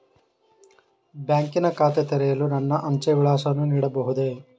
ಬ್ಯಾಂಕಿನ ಖಾತೆ ತೆರೆಯಲು ನನ್ನ ಅಂಚೆಯ ವಿಳಾಸವನ್ನು ನೀಡಬಹುದೇ?